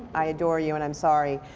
i adore you and i'm sorry.